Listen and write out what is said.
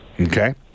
okay